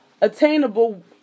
attainable